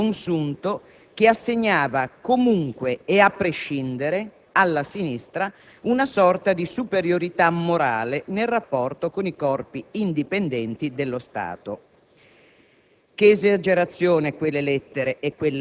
se è riuscito a strappare quel velo, ormai consunto, che assegnava - comunque e a prescindere - alla Sinistra una sorta di superiorità morale nel rapporto con i Corpi indipendenti dello Stato.